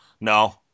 No